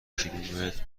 کیلومتر